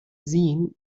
sehen